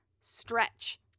stretch